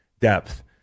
depth